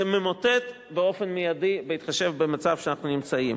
זה ממוטט באופן מיידי, בהתחשב במצב שאנחנו נמצאים,